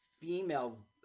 female